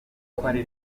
kuwundi